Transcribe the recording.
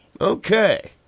Okay